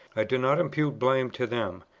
i do not impute blame to them,